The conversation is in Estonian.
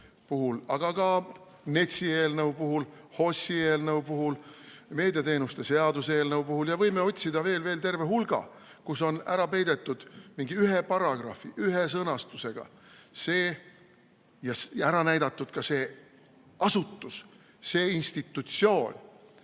aga ka NETS-i eelnõu puhul, HOS-i eelnõu puhul, meediateenuste seaduse eelnõu puhul ja võime otsida veel-veel terve hulga, kus on ära peidetud mingi ühe paragrahvi, ühe sõnastusega see ja ära näidatud ka see asutus, see institutsioon,